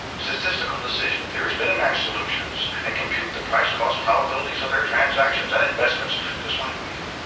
statistical decision theories, min and max solutions and compute the price-cost probabilities of their transactions and investments just like we do.